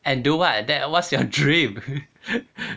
and do what then what's your dream